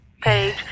page